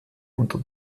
unter